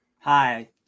Hi